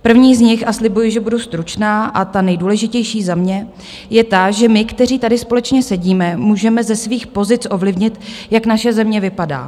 První z nich a slibuji, že budu stručná a ta nejdůležitější za mě je ta, že my, kteří tady společně sedíme, můžeme ze svých pozic ovlivnit, jak naše země vypadá.